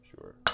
Sure